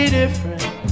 different